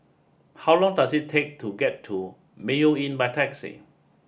how long does it take to get to Mayo Inn by taxi